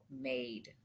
made